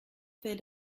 fait